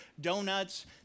donuts